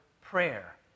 prayer